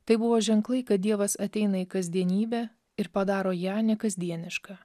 tai buvo ženklai kad dievas ateina į kasdienybę ir padaro ją nekasdienišką